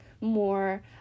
more